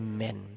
Amen